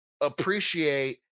appreciate